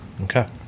Okay